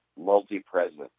multi-present